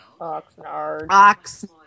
Oxnard